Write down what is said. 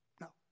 No